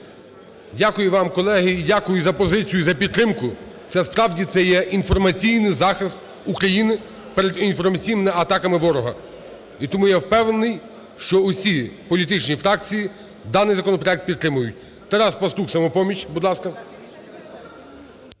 Дякую вам, колеги, і дякую за позицію, за підтримку. Це справді є інформаційний захист України перед інформаційними атаками ворога, і тому я впевнений, що всі політичні фракції даний законопроект підтримують. Тарас Пастух, "Самопоміч", будь ласка.